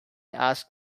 asked